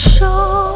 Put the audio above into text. Show